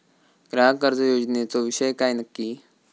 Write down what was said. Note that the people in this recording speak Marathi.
ग्राहक कर्ज योजनेचो विषय काय नक्की?